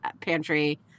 pantry